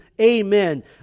Amen